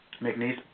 McNeese